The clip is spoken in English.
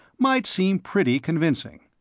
might seem pretty convincing.